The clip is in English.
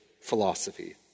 philosophy